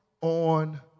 on